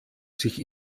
sich